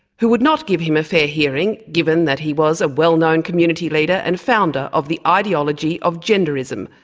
who would not give him a fair hearing, given that he was a well-known community leader and founder of the ideology of genderism,